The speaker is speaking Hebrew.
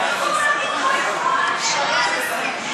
שַרֵן השכל.